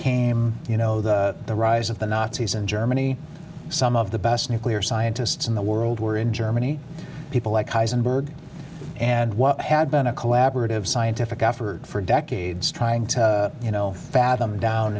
came you know the the rise of the nazis and germany some of the best nuclear scientists in the world where in germany people like heisenberg and what had been a collaborative scientific effort for decades trying to you know fathom down